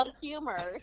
humor